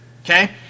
okay